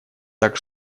так